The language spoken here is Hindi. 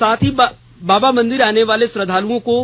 साथ ही बाबा मंदिर आने वाले श्रद्दालुओं को